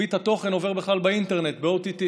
שמרבית התוכן עובר בכלל באינטרנט, ב-OTT.